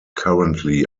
currently